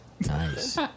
Nice